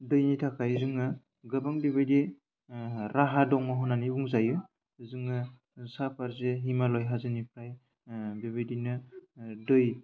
दैनि थाखाय जोङो गोबां बेबायदि राहा दङ होन्नानै बुंजायो जोङो सा फारसे हिमालय हाजोनिफ्राय बेबादिनो दै